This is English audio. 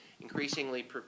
Increasingly